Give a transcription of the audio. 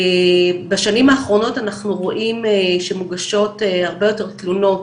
בשנים האחרונות אנחנו רואים שמוגשות הרבה יותר תלונות,